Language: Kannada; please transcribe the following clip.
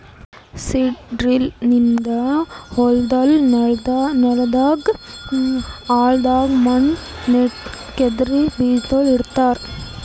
ಸೀಡ್ ಡ್ರಿಲ್ ನಿಂದ ಹೊಲದ್ ನೆಲದ್ ಆಳದಾಗ್ ಮಣ್ಣ ಕೆದರಿ ಬೀಜಾಗೋಳ ನೆಡ್ತಾರ